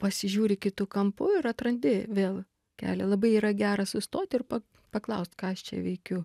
pasižiūri kitu kampu ir atrandi vėl kelią labai yra gera sustot ir pa paklaust ką aš čia veikiu